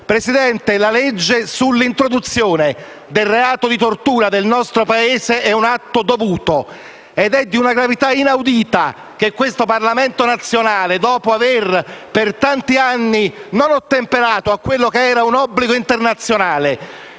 Presidente, la legge sull'introduzione del reato di tortura nel nostro Paese è un atto dovuto ed è di una gravità inaudita che questo Parlamento nazionale per tanti anni non abbia ottemperato a quello che era un obbligo internazionale,